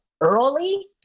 early